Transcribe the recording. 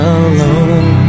alone